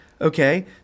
Okay